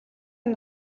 энэ